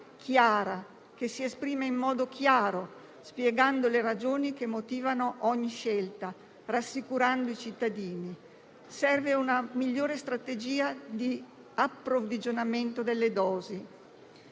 chiara, che si esprima in modo semplice, spiegando le ragioni che motivano ogni scelta, rassicurando i cittadini. Serve una migliore strategia di approvvigionamento delle dosi.